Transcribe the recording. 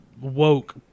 woke